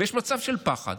ויש מצב של פחד.